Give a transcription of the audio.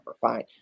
fine